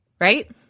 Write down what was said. right